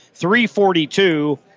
342